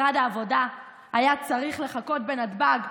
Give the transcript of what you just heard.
משרד העבודה היה צריך לחכות בנתב"ג,